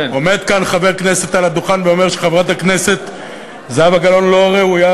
עומד כאן חבר כנסת על הדוכן ואומר שחברת הכנסת זהבה גלאון לא ראויה,